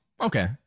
okay